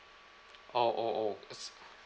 oh oh oh